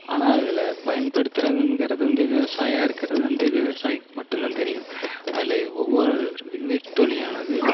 ஆனால் அதில் பயன்படுத்துறங்கிறது வந்து விவசாயியாக இருக்கிறது வந்து விவசாயிக்கு மட்டும் தெரியும் அதில் ஒவ்வொரு வியர்வை துளியானது